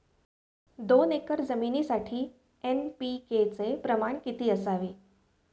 दोन एकर जमीनीसाठी एन.पी.के चे प्रमाण किती असावे?